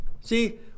See